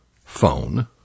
phone